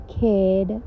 kid